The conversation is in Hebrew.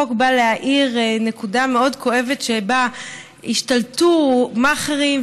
החוק בא להאיר נקודה מאוד כואבת שבה השתלטו מאכערים